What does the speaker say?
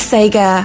Sega